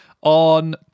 on